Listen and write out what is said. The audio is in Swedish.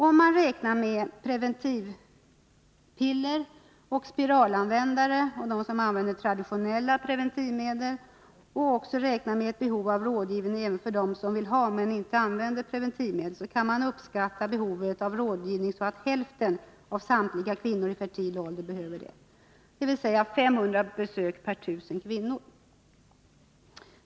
Om man räknar med p-pilleroch spiralanvändarna samt dem som använder traditionellt preventivmedel och även räknar med ett behov av rådgivning för dem som vill ha men inte använder preventivmedel, kan man uppskatta behovet av rådgivning så att hälften av samtliga kvinnor i fertil ålder behöver sådan. Det är alltså 500 besök per 1 000 fertila kvinnor.